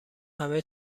همه